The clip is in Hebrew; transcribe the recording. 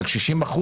אבל 60%,